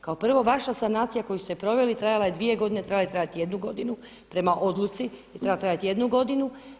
Kao prvo, vaša sanacija koju ste proveli trajala je dvije godine, trebala je trajati jednu godinu, prema odluci je trebala trajati jednu godinu.